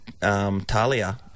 Talia